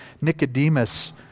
Nicodemus